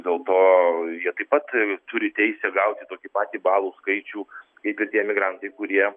dėl to jie taip pat turi teisę gauti tokį patį balų skaičių kaip ir tie emigrantai kurie